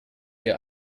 ihr